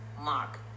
Mark